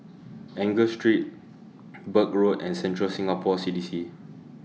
Enggor Street Birch Road and Central Singapore C D C